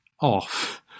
off